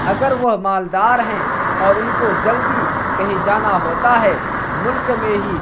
اگر وہ مالدار ہیں اور ان کو جلدی کہیں جانا ہوتا ہے ملک میں ہی